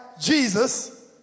Jesus